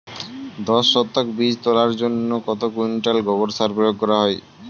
দশ শতক বীজ তলার জন্য কত কুইন্টাল গোবর সার প্রয়োগ হয়?